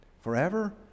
Forever